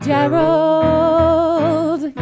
Gerald